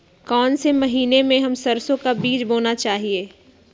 कौन से महीने में हम सरसो का बीज बोना चाहिए?